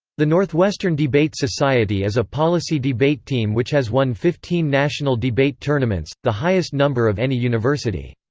the northwestern debate society is a policy debate team which has won fifteen national debate tournaments, the highest number of any university.